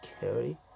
carry